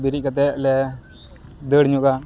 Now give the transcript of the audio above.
ᱵᱮᱨᱮᱫ ᱠᱟᱛᱮᱫ ᱞᱮ ᱫᱟᱹᱲᱧᱚᱜᱟ